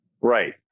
Right